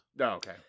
okay